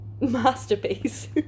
masterpiece